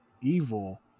Evil